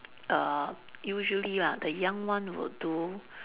err usually lah the young one would do